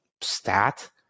stat